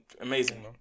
amazing